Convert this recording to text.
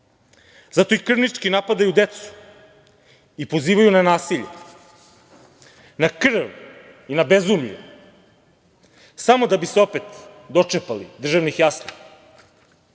Zato im krvnički napadaju decu i pozivaju na nasilje, na krv i na bezumlje, samo da bi se opet dočepali državnih jasli. Dok